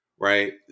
Right